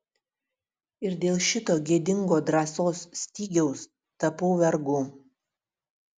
ir dėl šito gėdingo drąsos stygiaus tapau vergu